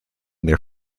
their